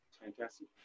fantastic